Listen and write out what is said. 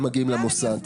הם מגיעים למוס"ל.